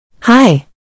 Hi